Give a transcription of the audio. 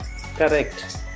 correct